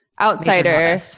outsider